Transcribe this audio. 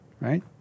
right